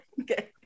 Okay